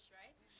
right